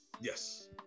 Yes